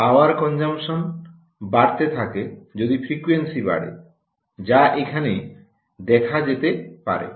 পাওয়ার consumption বাড়তে থাকে যদি ফ্রিকোয়েন্সি বাড়ে যা এখানে দেখা যেতে পারে